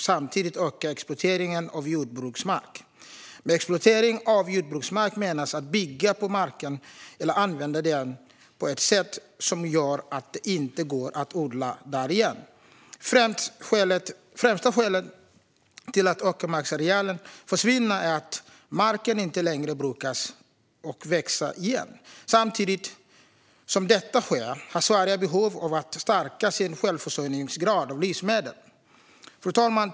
Samtidigt ökar exploateringen av jordbruksmark. Med "exploatering av jordbruksmark" menas att bygga på marken eller använda den på ett sätt som gör att det inte går att odla där igen. Främsta skälet till att åkermarksareal försvinner är att marken inte längre brukas utan växer igen. Samtidigt som detta sker har Sverige behov av att stärka sin självförsörjningsgrad när det gäller livsmedel. Fru talman!